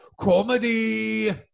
Comedy